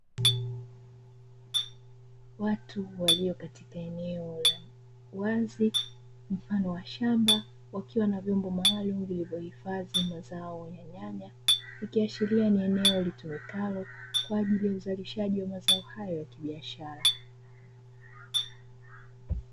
Watu walio katika eneo la wazi mfano wa shamba wakiwa na vyombo maalumu vilivyohifadhi mazao ya nyaya, ikiashiria ni eneo litumikalo kwa ajili ya uzalishaji ya mazao hayo ya kibiashara.